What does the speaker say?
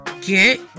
Get